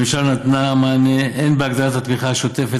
הממשלה נתנה מענה הן בהגדלת התמיכה השוטפת,